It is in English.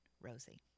Rosie